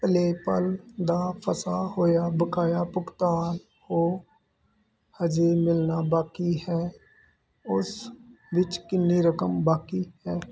PayPal ਦਾ ਫਸਿਆ ਹੋਈਆਂ ਬਕਾਇਆ ਭੁਗਤਾਨ ਜੋ ਹਜੇ ਮਿਲਣਾ ਬਾਕੀ ਹੈ ਉਸ ਵਿੱਚ ਕਿੰਨੀ ਰਕਮ ਬਾਕੀ ਹੈ